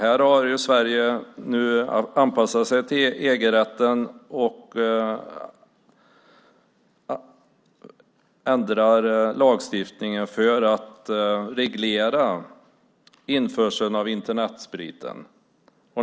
Här har Sverige nu anpassat sig till EG-rätten och ändrar lagstiftningen för att reglera införseln av Internetspriten.